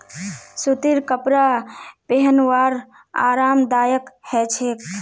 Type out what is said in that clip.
सूतीर कपरा पिहनवार आरामदायक ह छेक